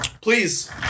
please